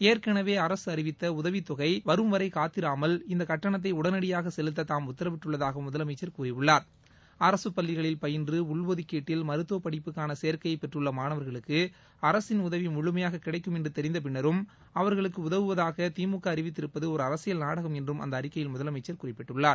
ஏற்கனவே அரசு அறிவித்த உதவித்தொகை வரும் வரை காத்திராமல் இந்த கட்டனத்தை உடனடியாக செலுத்த தாம் உத்தரவிட்டுள்ளதாகவும் முதலமைச்சர் கூறியுள்ளார் அரசுப்பள்ளிகளில் பயின்று உள் ஒதுக்கீட்டில் மருத்துவ படிப்புக்காள சேர்க்கைளய பெற்றள்ள மானவர்களுக்கு அரசின் டதவி முழுமைபாக கிடைக்கும் என்று தெரிந்த பிள்ளரும் அவர்களுக்கு உதவுவதாக திமுக அறிவித்திருப்பது ஒரு அரசியல் நாடகம் என்றும் அந்த அறிக்கையில் முதலமைச்சர் குறிப்பிட்டுள்ளார்